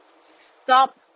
stop